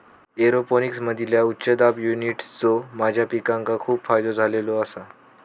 एरोपोनिक्समधील्या उच्च दाब युनिट्सचो माझ्या पिकांका खूप फायदो झालेलो आसा